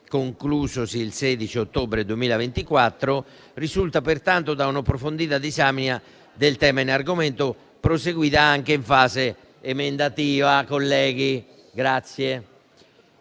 conclusosi il 16 ottobre 2024, risulta pertanto da un'approfondita disamina del tema in argomento, proseguita anche in fase emendativa.